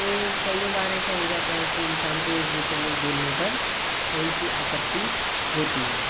तो कइयों बार ऐसा हो जाता है कि इंसान को इस विषय में बोलने पर थोड़ी सी आपत्ति होती है